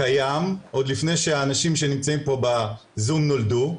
קיים עוד לפני שהאנשים שנמצאים פה בזום נולדו,